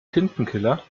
tintenkiller